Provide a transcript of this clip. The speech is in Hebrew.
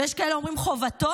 ויש כאלה שאומרים חובתו,